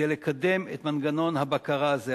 כדי לקדם את מנגנון הבקרה הזה.